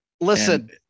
Listen